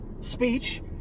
speech